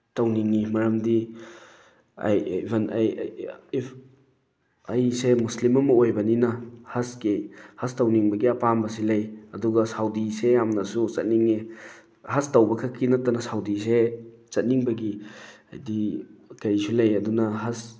ꯇꯧꯅꯤꯡꯉꯤ ꯃꯔꯝꯗꯤ even if ꯑꯩꯁꯦ ꯃꯨꯁꯂꯤꯝ ꯑꯃ ꯑꯣꯏꯕꯅꯤꯅ ꯍꯖꯀꯤ ꯍꯖ ꯇꯧꯅꯤꯡꯕꯒꯤ ꯑꯄꯥꯝꯕꯁꯤ ꯂꯩ ꯑꯗꯨꯒ ꯁꯥꯎꯗꯤꯁꯦ ꯌꯥꯝꯅꯁꯨ ꯆꯠꯅꯤꯡꯉꯤ ꯍꯖ ꯇꯧꯕ ꯈꯛꯀꯤ ꯅꯠꯇꯅ ꯁꯥꯎꯗꯦꯁꯦ ꯆꯠꯅꯤꯡꯕꯒꯤ ꯍꯥꯏꯗꯤ ꯀꯔꯤꯁꯨ ꯂꯩ ꯑꯗꯨꯅ ꯍꯖ